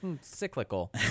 Cyclical